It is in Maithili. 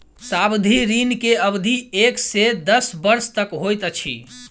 सावधि ऋण के अवधि एक से दस वर्ष तक होइत अछि